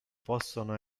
possono